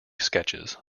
sketches